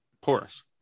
porous